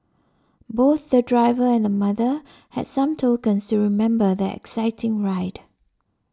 both the driver and the mother had some tokens to remember their exciting ride